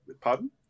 Pardon